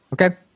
Okay